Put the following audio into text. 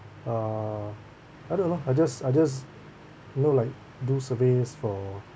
uh I don't know I just I just you know like do surveys for